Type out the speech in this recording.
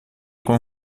com